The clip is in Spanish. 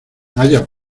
haya